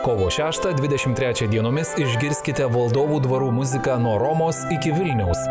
kovo šeštą dvidešimt trečią dienomis išgirskite valdovų dvarų muziką nuo romos iki vilniaus